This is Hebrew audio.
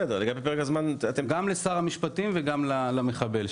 גם לשר המשפטים וגם למחבל.